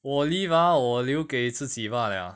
我 leave ah 我留给自己方 ah